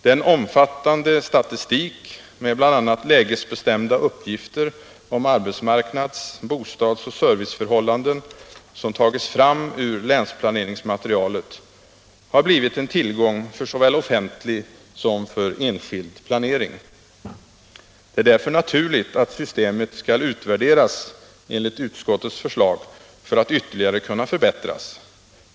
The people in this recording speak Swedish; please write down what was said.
Den omfattande statistik, med bl.a. lägesbestämda uppgifter om arbetsmarknads-, bostadsoch serviceförhållanden, som tagits fram ur länsplaneringsmaterialet har blivit en tillgång för såväl offentlig som enskild planering. Det är därför naturligt att systemet skall utvärderas enligt utskottets förslag för att ytterligare kunna förbättras.